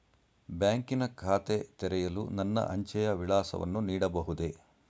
ಬ್ಯಾಂಕಿನ ಖಾತೆ ತೆರೆಯಲು ನನ್ನ ಅಂಚೆಯ ವಿಳಾಸವನ್ನು ನೀಡಬಹುದೇ?